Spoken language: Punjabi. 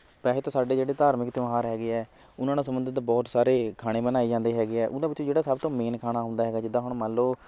ਪਹਿਤ ਸਾਡੇ ਜਿਹੜੇ ਧਾਰਮਿਕ ਤਿਉਹਾਰ ਹੈਗੇ ਹੈ ਉਹਨਾਂ ਨਾਲ ਸੰਬੰਧਿਤ ਬਹੁਤ ਸਾਰੇ ਖਾਣੇ ਬਣਾਏ ਜਾਂਦੇ ਹੈਗੇ ਹੈ ਉਹਨਾਂ ਵਿੱਚ ਜਿਹੜਾ ਸਭ ਤੋਂ ਮੇਨ ਖਾਣਾ ਹੁੰਦਾ ਹੈਗਾ ਜਿੱਦਾਂ ਹੁਣ ਮੰਨ ਲਓ